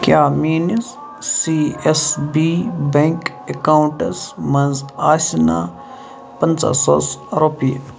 کیٛاہ میٛٲنِس C S B bank accounts منٛز آسہِ نا پَنٛژاہ ساس رۄپیہِ